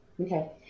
Okay